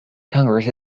congress